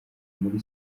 muri